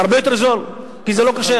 זה הרבה יותר זול, כי זה לא כשר.